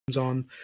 on